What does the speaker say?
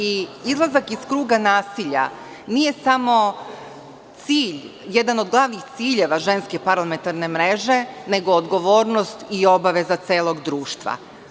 Izlazak iz kruga nasilja nije samo jedan od glavnih ciljeva Ženske parlamentarne mreže, nego odgovornost i obaveza celog društva.